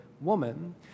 woman